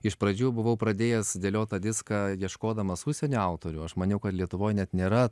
iš pradžių buvau pradėjęs dėliot tą diską ieškodamas užsienio autorių aš maniau kad lietuvoj net nėra